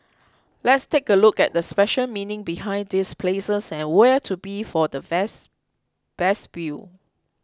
let's take a look at the special meaning behind these places and where to be for the best view